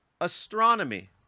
Astronomy